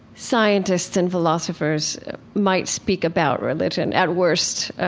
scientists and philosophers might speak about religion at worst.